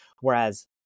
whereas